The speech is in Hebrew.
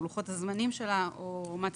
לגבי לוחות הזמנים שלה ומה צפוי.